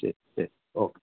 ശരി ശരി ഓക്കെ